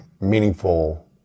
meaningful